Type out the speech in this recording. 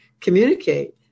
communicate